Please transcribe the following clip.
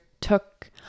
took